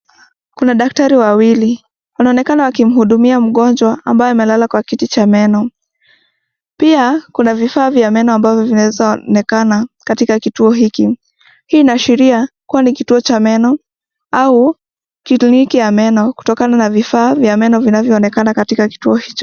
Kuna daktari wawili. Wanaonekana wakimhudumia mgonjwa ambaye amelala kwa kiti cha meno. Pia, kuna vifaa vya meno ambazo zinaweza onekana katika kituo hiki. Hii inaashiria kuwa ni kituo cha meno au kliniki ya meno kutokana na vifaa vya meno vinavyoonekana katika kituo hicho.